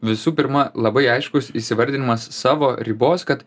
visų pirma labai aiškus įsivardinimas savo ribos kad